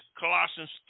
Colossians